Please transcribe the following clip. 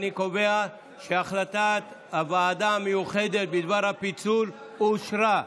אני קובע שהחלטת הוועדה המיוחדת בדבר הפיצול אושרה.